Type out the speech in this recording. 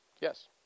Yes